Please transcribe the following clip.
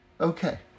Okay